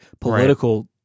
political